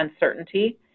uncertainty